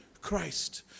christ